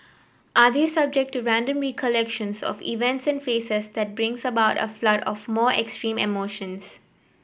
are they subject to random recollections of events and faces that brings about a flood of more extreme emotions